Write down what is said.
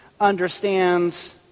understands